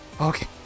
okay